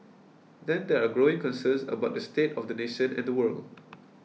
then there are growing concerns about the state of the nation and the world